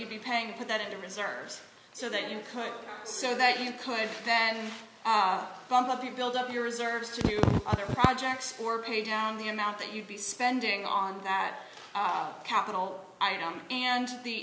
you'd be paying for that in the reserves so that you could so that you could then bump up you build up your reserves to other projects or pay down the amount that you'd be spending on that capital i am and the